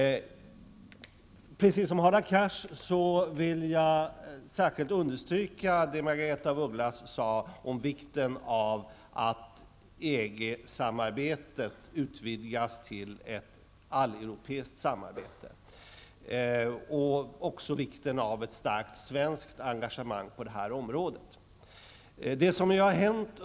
Precis som Hadar Cars vill jag särskilt understryka det Margaretha af Ugglas sade om vikten av att EG-samarbetet utvidgas till ett alleuropeiskt samarbete. Jag vill också understryka vikten av ett starkt svenskt engagemang på detta område.